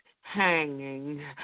hanging